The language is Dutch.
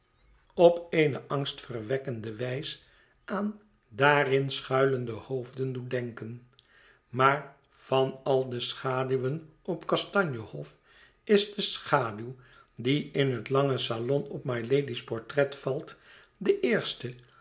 op eene angstverwekkende wijs aan daarin schuilende hoofden doen denken maar van al de schaduwen op kastanje hof is de schaduw die in het lange salon op mylady's portret valt de eerste